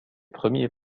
premiers